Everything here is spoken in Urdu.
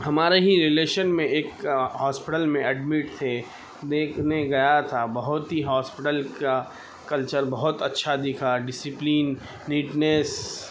ہمارے ہی ریلیشن میں ایک ہاسپیٹل میں ایڈمٹ تھے دیکھنے گیا تھا بہت ہی ہاسپیٹل کا کلچر بہت اچھا دکھا ڈسپلین نیٹنیس